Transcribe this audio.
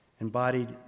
embodied